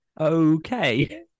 Okay